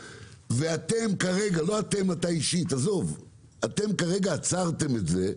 ואתם כרגע, לא אתה אישית, אתם כרגע עצרתם את זה,